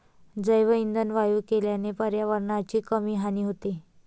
जैवइंधन वायू केल्याने पर्यावरणाची कमी हानी होते